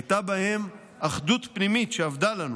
הייתה בהם אחדות פנימית שאבדה לנו,